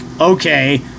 okay